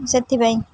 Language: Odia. ସେଥିପାଇଁ